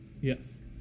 Yes